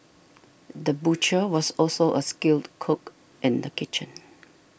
the butcher was also a skilled cook in the kitchen